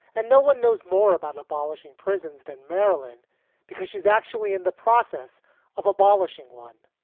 and no one knows more about abolishing prisons than marilyn because she's actually in the process of abolishing one.